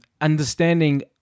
understanding